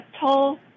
toll